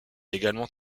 également